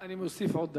אני מוסיף עוד דקה.